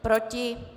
Proti?